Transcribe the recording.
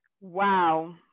wow